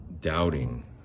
doubting